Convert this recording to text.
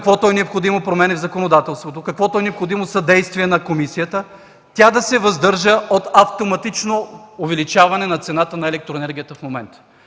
каквото е необходимо – промени в законодателството, съдействие на комисията, тя да се въздържа от автоматично увеличаване на цената на електроенергията в момента.